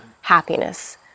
happiness